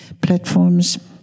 platforms